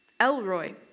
Elroy